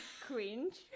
cringe